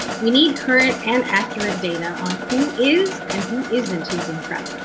we need current and accurate data on who is and who isn't using prep.